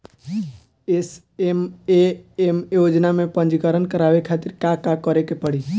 SMAM योजना में पंजीकरण करावे खातिर का का करे के पड़ी?